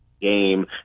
game